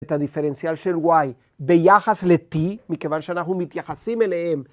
את הדיפרנציאל של y ביחס ל-t מכיוון שאנחנו מתייחסים אליהם.